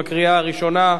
בקריאה הראשונה.